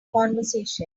conversation